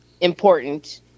important